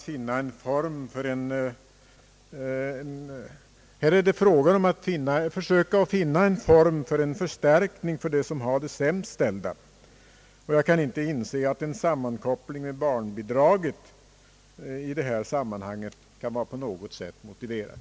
Det är här fråga om att försöka finna en form för förstärkning för de sämst ställda. Jag kan inte inse att en sammankoppling med barnbidraget i detta sammanhang kan vara på något sätt motiverad.